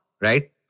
right